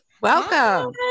Welcome